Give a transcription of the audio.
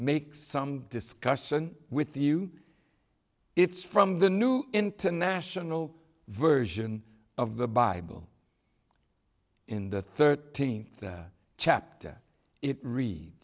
make some discussion with you it's from the new international version of the bible in the thirteenth chapter it read